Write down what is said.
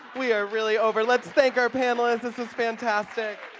we are really over, let's thank our panellists, this was fantastic.